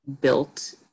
built